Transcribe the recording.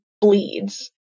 bleeds